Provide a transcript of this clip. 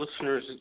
listeners